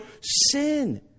sin